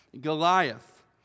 Goliath